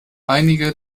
einige